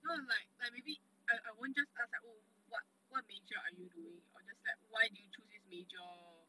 so I'm like like maybe I I won't just ask like oh what what major are you doing or just like why you choose this major